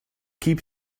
keep